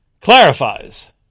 clarifies